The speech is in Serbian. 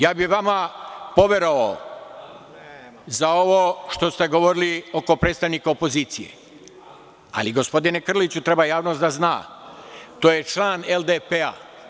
Vama bih poverovao za ovo što ste govorili oko predstavnika opozicije, ali, gospodine Krliću, treba javnost da zna da je to član LDP.